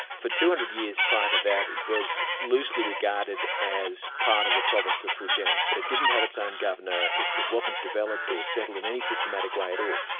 for two hundred years prior to that, it was loosely regarded as part of the province of fujin, but it didn't have its own governor, it it wasn't developed or settled in any systematic way at all.